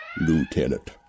Lieutenant